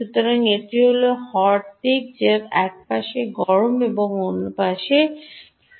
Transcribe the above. সুতরাং এটি হট দিকটি হল একপাশে গরম এবং অন্যদিকে ঠান্ডা